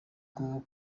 bwo